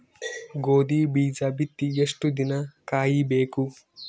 ಗೋಧಿ ಬೀಜ ಬಿತ್ತಿ ಎಷ್ಟು ದಿನ ಕಾಯಿಬೇಕು?